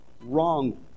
wrong